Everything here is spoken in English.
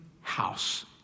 house